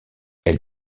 elle